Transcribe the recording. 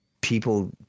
people